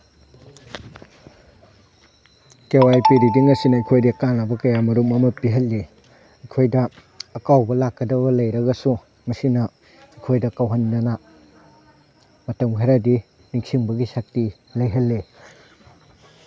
ꯀꯦ Y P reading ꯑꯁꯤꯅ ꯑꯩꯈꯣꯏꯗ ꯀꯥꯟꯅꯕ ꯀꯌꯥ ꯑꯃꯔꯣꯝ ꯑꯃ ꯄꯤꯍꯜꯂꯤ ꯑꯩꯈꯣꯏꯗ ꯑꯀꯥꯎꯕ ꯂꯥꯛꯀꯧꯕ ꯂꯩꯔꯒꯁꯨ ꯃꯁꯤꯅ ꯑꯩꯈꯣꯏꯗ ꯀꯥꯎꯍꯟꯗꯅ ꯃꯇꯝ ꯈꯔꯗꯤ ꯅꯤꯡꯁꯤꯡꯕꯒꯤ ꯁꯛꯇꯤ ꯂꯩꯍꯜꯂꯤ